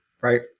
right